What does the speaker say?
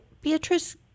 Beatrice